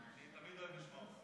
אני תמיד אוהב לשמוע אותך.